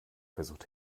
versucht